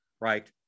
right